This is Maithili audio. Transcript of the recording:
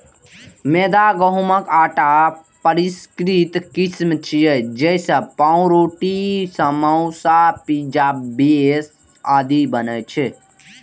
मैदा गहूंमक आटाक परिष्कृत किस्म छियै, जइसे पावरोटी, समोसा, पिज्जा बेस आदि बनै छै